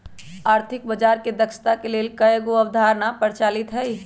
आर्थिक बजार के दक्षता के लेल कयगो अवधारणा प्रचलित हइ